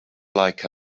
like